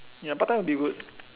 ya part time will be good